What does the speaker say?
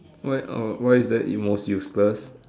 why uh why is the most useless